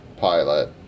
pilot